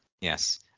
Yes